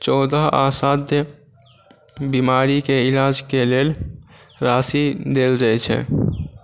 चौदह असाध्य बीमारीके इलाजके लेल राशि देल जाय छै